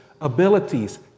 abilities